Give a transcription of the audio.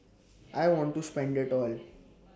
I want to spend IT all